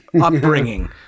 upbringing